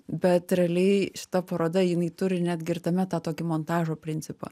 bet realiai šita paroda jinai turi net gi ir tame tą tokį montažo principą